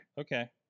Okay